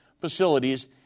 facilities